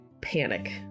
panic